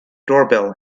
doorbell